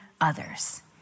others